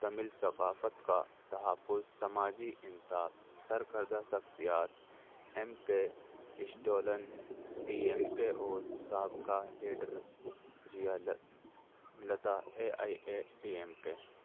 تمل ثقافت کا تحفظ سماجی انصاف سرکردہ شخصیات M K Stalin D M K اور سب کا leader Jayalalithaa A I A D M کے